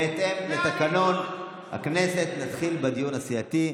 בהתאם לתקנון הכנסת נתחיל בדיון הסיעתי.